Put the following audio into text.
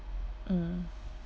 mm